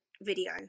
video